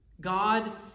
God